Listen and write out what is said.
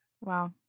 Wow